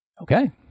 Okay